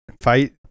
fight